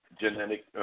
genetic